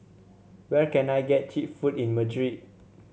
where can I get cheap food in Madrid